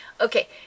Okay